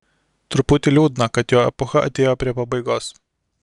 truputį liūdna kad jo epocha atėjo prie pabaigos